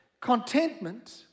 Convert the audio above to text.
Contentment